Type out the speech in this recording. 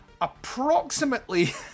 approximately